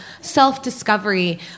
self-discovery